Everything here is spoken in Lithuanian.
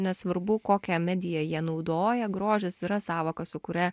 nesvarbu kokią mediją jie naudoja grožis yra sąvoka su kuria